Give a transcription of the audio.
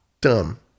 dumb